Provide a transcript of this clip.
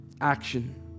action